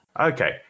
Okay